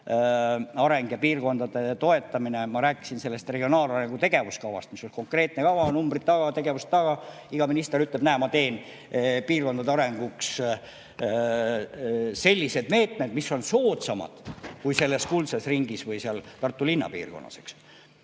regionaalareng ja piirkondade toetamine. Ma rääkisin regionaalarengu tegevuskavast, mis on konkreetne kava: numbrid taga, tegevus taga. Iga minister ütleb, et näete, ma teen piirkondade arenguks sellised meetmed, mis on soodsamad kui selles kuldses ringis või seal Tartu linnapiirkonnas.